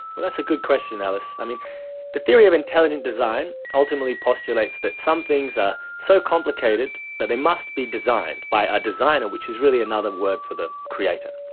that's a good question alice. the theory of intelligent design ultimately postulates that some things are so complicated that they must be designed by a designer, which is really another word for the creator.